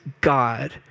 God